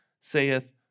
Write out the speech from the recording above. saith